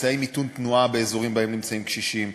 אמצעי מיתון תנועה באזורים שבהם נמצאים קשישים,